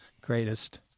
greatest